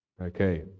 Okay